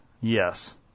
yes